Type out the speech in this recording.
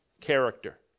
character